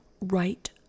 right